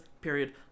period